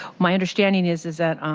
my understanding is is that,